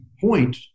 point